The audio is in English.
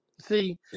See